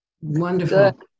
Wonderful